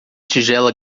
tigela